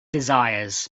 desires